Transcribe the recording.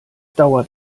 dauert